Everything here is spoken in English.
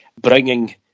Bringing